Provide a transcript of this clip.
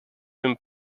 been